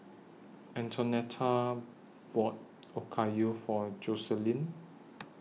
Antonetta bought Okayu For Joseline